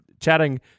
chatting